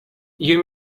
you